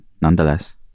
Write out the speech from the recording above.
nonetheless